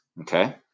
okay